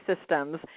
systems